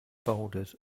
boulders